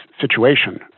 situation